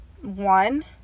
one